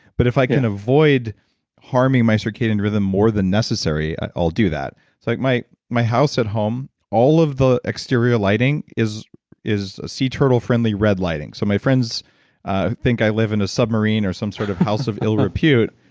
but if i can avoid harming my circadian rhythm more than necessary, i'll do that like my my house at home, all of the exterior lighting is is a sea turtle friendly red lighting so my friends think i live in a submarine or some sort of house of ill repute,